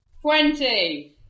Twenty